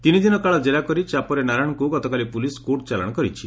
ତିନିଦିନ କାଳ ଜେରା କରି ବାପରେ ନାରାୟଣଙ୍ଙୁ ଗତକାଲି ପୁଲିସ କୋର୍ଟଚାଲାଣ କରିଛି